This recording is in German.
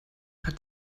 hat